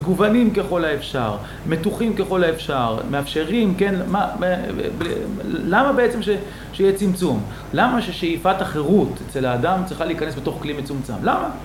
מגוונים ככל האפשר, מתוחים ככל האפשר, מאפשרים, כן, מה... למה בעצם שיהיה צמצום? למה ששאיפת החירות אצל האדם צריכה להיכנס בתוך כלי מצומצם? למה?